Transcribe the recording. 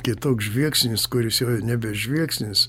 kitoks žvilgsnis kuris jau nebe žvilgsnis